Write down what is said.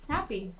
Happy